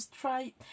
try